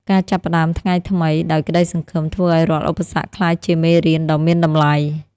ការចាប់ផ្តើមថ្ងៃថ្មីដោយក្តីសង្ឃឹម ធ្វើឱ្យរាល់ឧបសគ្គក្លាយជាមេរៀនដ៏មានតម្លៃ។